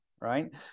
Right